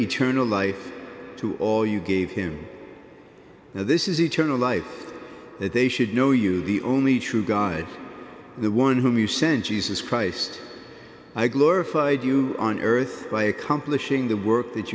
eternal life to all you gave him this is eternal life that they should know you the only true god the one whom you sent jesus christ i glorified you on earth by accomplishing the work that